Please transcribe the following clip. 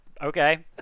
Okay